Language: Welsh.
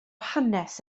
hanes